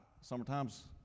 Summertime's